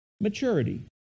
Maturity